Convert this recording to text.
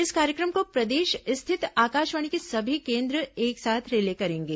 इस कार्यक्रम को प्रदेश स्थित आकाशवाणी के सभी केन्द्र एक साथ रिले करेंगे